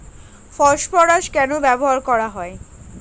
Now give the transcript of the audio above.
Phosphorus কেন প্রয়োগ করা হয়?